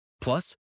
Plus